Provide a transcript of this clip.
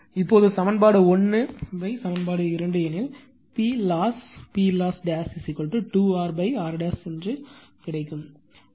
இப்போது சமன்பாடு 1 சமன்பாடு 2 எனில் PLoss PLoss 2 R R கிடைக்கும் அதைப் பெறுவேன்